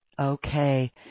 Okay